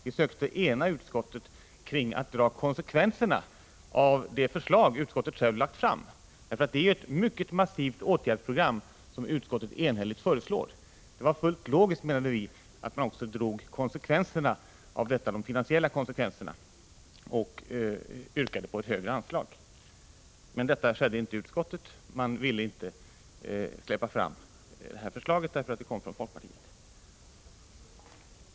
Vi sökte ena utskottet kring att dra konsekvenserna av de förslag som utskottet självt har lagt fram. Det är ett mycket massivt åtgärdsprogram som utskottet enigt föreslår. Det var fullt logiskt, menade vi, att man också drog de finansiella konsekvenserna av detta och yrkade på ett högre anslag. Men det skedde inte i utskottet. Man ville inte släppa fram detta förslag, därför att det kom från folkpartiet.